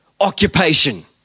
occupation